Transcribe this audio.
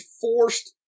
forced